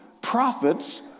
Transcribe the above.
prophets